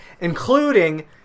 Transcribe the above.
including